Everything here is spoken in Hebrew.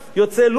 יוצאי לוב,